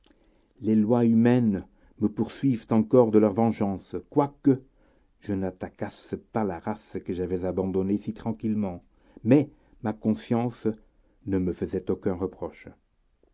les lois humaines me poursuivaient encore de leur vengeance quoique je n'attaquasse pas la race que j'avais abandonnée si tranquillement mais ma conscience ne me faisait aucun reproche